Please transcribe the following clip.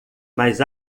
mas